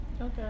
okay